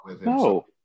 No